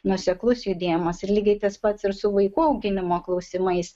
nuoseklus judėjimas ir lygiai tas pats ir su vaikų auginimo klausimais